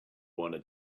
wanna